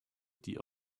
die